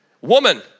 Woman